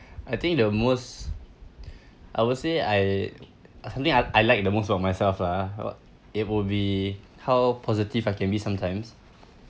I think the most I will say I something I I like the most about myself lah it would be how positive I can be sometimes